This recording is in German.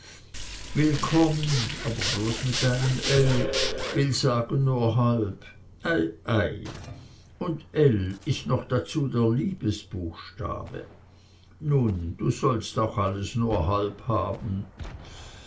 willkommen aber bloß mit einem l will sagen nur halb ei ei und l ist noch dazu der liebesbuchstabe nun du sollst auch alles nur halb haben